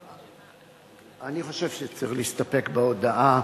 אני חושב שצריך להסתפק בהודעה,